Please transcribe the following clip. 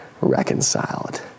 reconciled